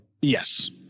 Yes